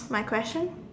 my question